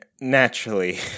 naturally